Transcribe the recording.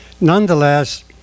Nonetheless